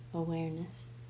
awareness